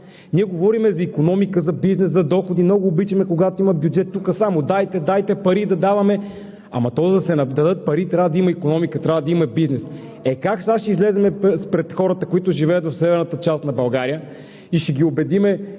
Ние говорим за икономика, за бизнес, за доходи. Много обичаме, когато има бюджет тук само: дайте, дайте пари да даваме. Ама то, за да се дадат пари, трябва да има икономика, трябва да има бизнес. Е, как сега ще излезнете пред хората, които живеят в северната част на България, и ще им казваме